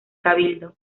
cabildo